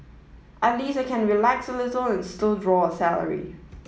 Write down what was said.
at least I can relax a little and still draw a salary